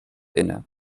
inne